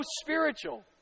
spiritual